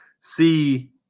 see